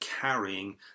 carrying